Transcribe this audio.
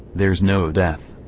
there's no death,